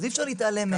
אי אפשר להתעלם מהם.